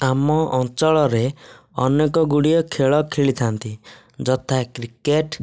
ଆମ ଅଞ୍ଚଳରେ ଅନେକ ଗୁଡ଼ିଏ ଖେଳ ଖେଳିଥାନ୍ତି ଯଥା କ୍ରିକେଟ୍